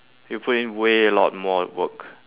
you put in way a lot more work